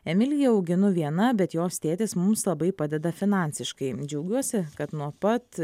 emiliją auginu viena bet jos tėtis mums labai padeda finansiškai džiaugiuosi kad nuo pat